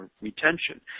retention